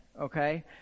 okay